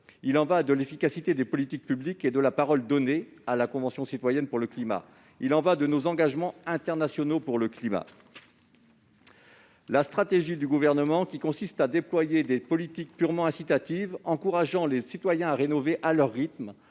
Il y va de l'efficacité des politiques publiques et de la parole donnée à la Convention citoyenne pour le climat, mais aussi du respect de nos engagements internationaux pour le climat. La stratégie du Gouvernement, qui consiste à déployer des politiques purement incitatives, à encourager les citoyens à rénover, à leur rythme,